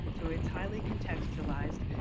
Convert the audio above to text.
so it's highly contextualized.